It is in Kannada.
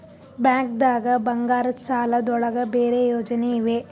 ಬ್ಯಾಂಕ್ದಾಗ ಬಂಗಾರದ್ ಸಾಲದ್ ಒಳಗ್ ಬೇರೆ ಯೋಜನೆ ಇವೆ?